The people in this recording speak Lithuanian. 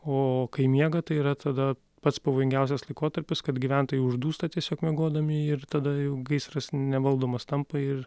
o kai miega tai yra tada pats pavojingiausias laikotarpis kad gyventojai uždūsta tiesiog miegodami ir tada jau gaisras nevaldomas tampa ir